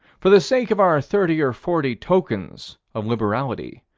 for the sake of our thirty or forty tokens of liberality,